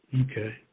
Okay